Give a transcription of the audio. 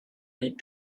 need